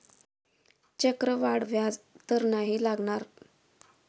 चक्रवाढ व्याज तर नाही ना लागणार?